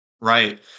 right